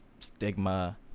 stigma